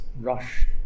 rush